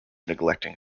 neglecting